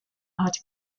art